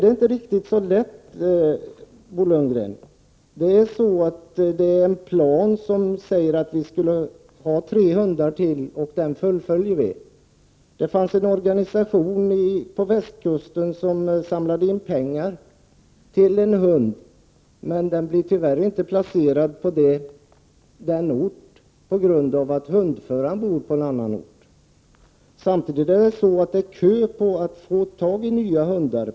Det är inte så lätt, Bo Lundgren, att åstadkomma en förstärkning här. Enligt den plan som finns skall ytterligare tre hundar införskaffas, och den planen kommer vi att fullfölja. En organisation på västkusten har samlat in pengar till inköp av en hund. Men hunden kan tyvärr inte placeras på den ort som man önskat, därför att hundföraren bor på annan ort. Jag vill också tillägga att man köar för att få tag i nya hundar.